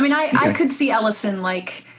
mean, i could see ellison, like,